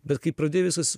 bet kai pradėjo visas